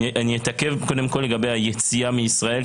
אני אתעכב קודם כל לגבי היציאה מישראל,